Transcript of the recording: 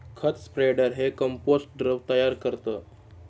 खत स्प्रेडर हे कंपोस्ट द्रव तयार करतं